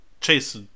Chase